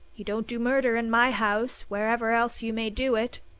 you don't do murder in my house, wherever else you may do it.